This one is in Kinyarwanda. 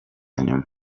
nyuma